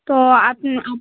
তো আপনার